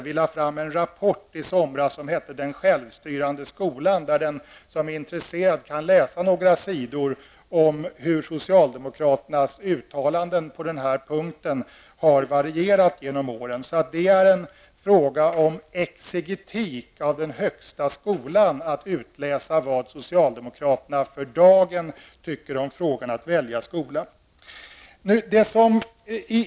Vi lade fram en rapport i somras, Den självstyrande skolan. Den som är intresserad kan läsa några sidor om hur socialdemokraternas uttalanden på den här punkten har varierat genom åren. Det är en fråga om exegetik av den högsta skolan att utläsa vad socialdemokraterna för dagen tycker om frågan att välja skola.